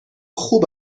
خوب